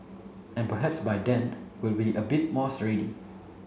and perhaps by then we will a bit more ready